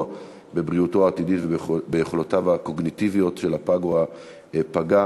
בבריאות העתידית וביכולות הקוגניטיביות של הפג או הפגה.